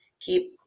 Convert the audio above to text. keep